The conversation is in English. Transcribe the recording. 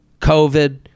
COVID